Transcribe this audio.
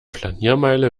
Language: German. flaniermeile